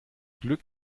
glück